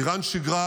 איראן שיגרה